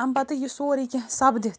اَمہِ پَتہٕ یہِ سورٕے کیٚنٛہہ سپدِتھ